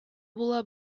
була